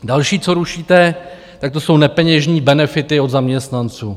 Další, co rušíte, jsou nepeněžní benefity od zaměstnanců.